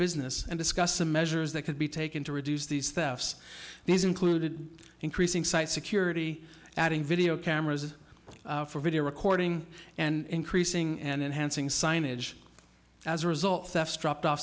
business and discussed the measures that could be taken to reduce these thefts these included increasing site security adding video cameras for video recording and increasing and enhancing signage as a result thefts dropped off